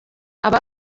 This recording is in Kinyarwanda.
aba